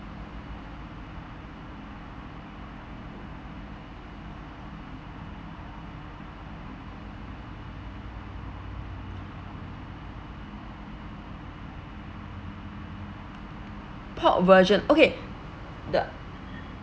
pork version okay the